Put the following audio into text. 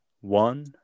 one